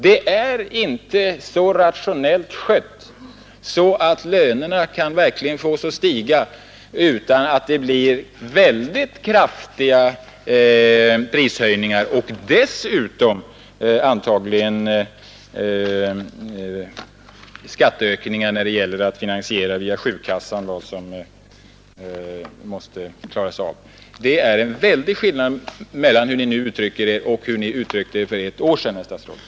Det är inte så rationellt att lönerna verkligen kan få stiga utan att det blir mycket kraftiga prishöjningar och dessutom antagligen skatteökningar för att via sjukkassan finansiera det som måste klaras av. Det är en oerhörd skillnad mellan hur Ni nu uttrycker Er och hur Ni uttryckte Er för ett år sedan, herr statsråd!